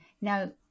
Now